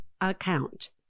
account